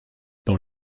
dans